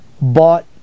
bought